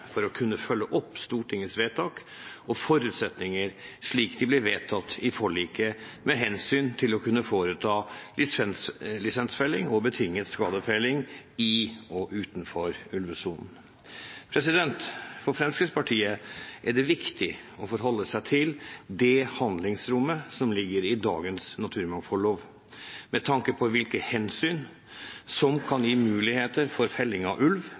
for å kunne følge opp Stortingets vedtak og forutsetninger, slik de ble vedtatt i forliket, med hensyn til å kunne foreta lisensfelling og betinget skadefelling i og utenfor ulvesonen. For Fremskrittspartiet er det viktig å forholde seg til det handlingsrommet som ligger i dagens naturmangfoldlov, med tanke på hvilke hensyn som kan gi muligheter for felling av ulv,